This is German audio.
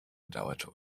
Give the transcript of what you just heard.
bedauerte